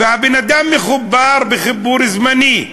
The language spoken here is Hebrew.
והבן-אדם מחובר בחיבור זמני,